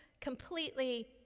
completely